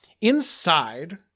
inside